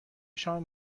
شام